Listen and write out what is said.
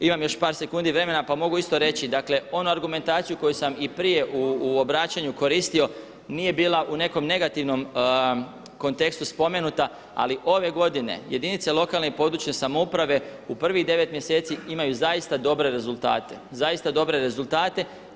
Imam još par sekundi vremena pa mogu isto reći, dakle onu argumentaciju koju sam i prije u obraćanju koristio nije bila u nekom negativnom kontekstu spomenuta ali ove godine jedinice lokalne i područne samouprave u prvih 9 mjeseci imaju zaista dobre rezultate, zaista dobre rezultate.